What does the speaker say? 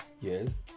Yes